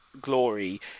glory